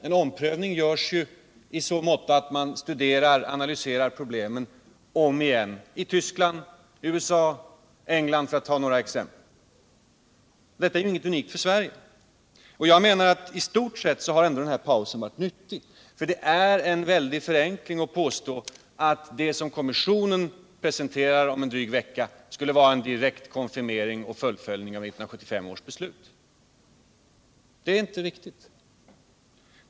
En omprövning i så måtto att man studerar och analyserar problemen om igen görs ju i Tyskland, USA och England, för att ta några exempel. Jag menar att i stort sett har ändå den här pausen varit nyttig. Det är en väldig förenkling att påstå att det som kommissionen presenterar om en dryg vecka skulle vara en direkt konfirmering och ett fullföljande av 1975 års beslut; det är inte riktigt.